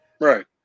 right